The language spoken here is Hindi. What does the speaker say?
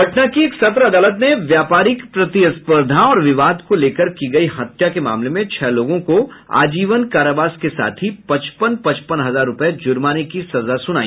पटना की एक सत्र अदालत ने व्यापारिक प्रतिस्पर्द्धा और विवाद को लेकर की गई हत्या के मामले में छह लोगों को आजीवन कारावास के साथ ही पचपन पचपन हजार रुपये जुर्माने की सजा सुनाई